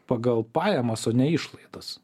pagal pajamas o ne išlaidas